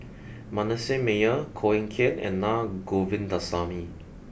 Manasseh Meyer Koh Eng Kian and Naa Govindasamy